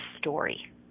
story